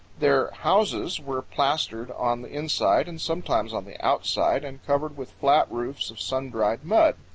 their houses were plastered on the inside, and sometimes on the outside, and covered with flat roofs of sun-dried mud.